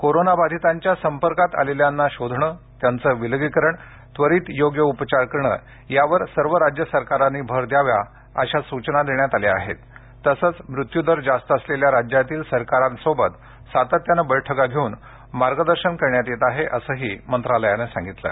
कोरोबाधितांच्या संपर्कात आलेल्यांना शोधण त्यांचं विलगीकरण त्वरित योग्य उपचार करणं यावर सर्व राज्य सरकारांनी भर द्यावा अशा सूचना देण्यात आल्या आहेत तसंच मृत्यूदर जास्त असलेल्या राज्यांतील सरकारशी सातत्यानं बैठका घेऊन दिशानिर्देश देण्यात येत आहेत असंही मंत्रालयानं स्पष्ट केलं आहे